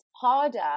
harder